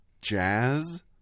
Jazz